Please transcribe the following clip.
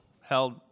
Held